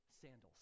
sandals